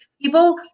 People